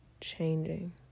changing